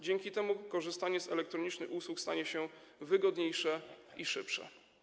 Dzięki temu korzystanie z elektronicznych usług stanie się wygodniejsze i szybsze.